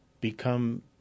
become